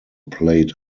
played